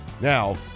Now